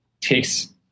takes